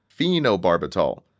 phenobarbital